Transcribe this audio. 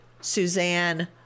Suzanne